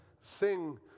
Sing